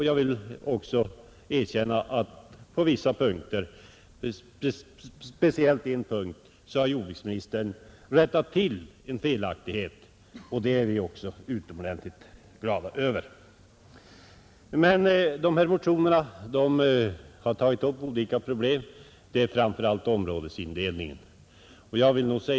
Jag vill också erkänna att på vissa punkter, speciellt en punkt, har jordbruksministern rättat till felaktigheter, och det är vi tacksamma för, Dessa motioner har tagit upp olika problem, särskilt områdesindelningen.